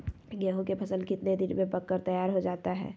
गेंहू के फसल कितने दिन में पक कर तैयार हो जाता है